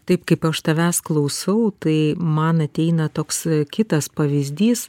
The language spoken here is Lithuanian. taip kaip aš tavęs klausau tai man ateina toks kitas pavyzdys